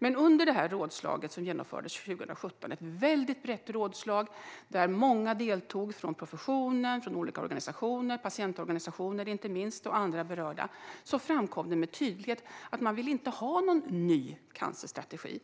Det rådslag som genomfördes 2017 var väldigt brett där många deltog från professionen, från olika organisationer, inte minst från patientorganisationer och andra berörda. Då framkom det med tydlighet att man inte vill ha någon ny cancerstrategi.